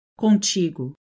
contigo